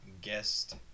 Guest